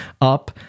up